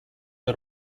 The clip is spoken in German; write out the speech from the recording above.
der